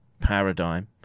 paradigm